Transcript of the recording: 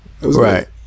right